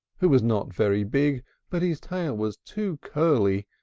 who was not very big but his tail was too curly,